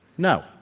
no.